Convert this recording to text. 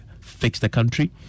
FixTheCountry